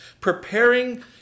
preparing